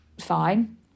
fine